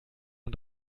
man